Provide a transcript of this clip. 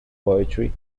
poetry